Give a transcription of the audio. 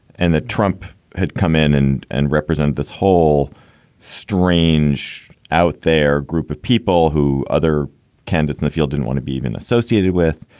and that trump had come in in and represented this whole strange out there group of people who other candidates the field didn't want to be even associated with.